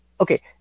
okay